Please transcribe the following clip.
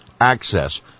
access